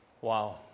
Wow